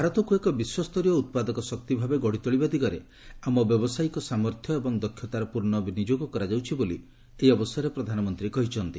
ଭାରତକୁ ଏକ ବିଶ୍ୱସ୍ତରୀୟ ଉତ୍ପାଦକ ଶକ୍ତି ଭାବେ ଗଢ଼ିତୋଳିବା ଦିଗରେ ଆମ ବ୍ୟାବସାୟିକ ସାମର୍ଥ୍ୟ ଏବଂ ଦକ୍ଷତାର ପୂର୍ଣ୍ଣ ବିନିଯୋଗ କରାଯାଉଛି ବୋଲି ପ୍ରଧାନମନ୍ତ୍ରୀ କହିଛନ୍ତି